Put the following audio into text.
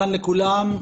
שלום לכולם.